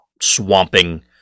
swamping